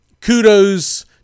kudos